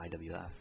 IWF